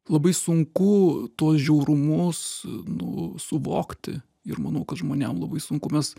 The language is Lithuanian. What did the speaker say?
labai sunku tuos žiaurumus nu suvokti ir manau kad žmonėm labai sunku mes